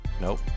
Nope